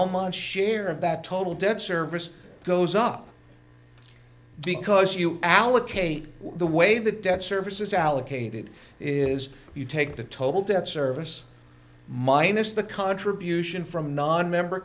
elmont's share of that total debt service goes up because you allocate the way the debt service is allocated is you take the total debt service minus the contribution from nonmember